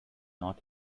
not